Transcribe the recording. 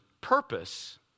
purpose